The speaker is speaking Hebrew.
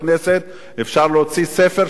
אפשר להוציא ספר של פרוטוקול